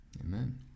Amen